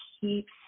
keeps